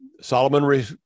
Solomon